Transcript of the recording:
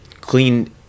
clean